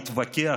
להתווכח,